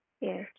yes